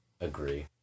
Agree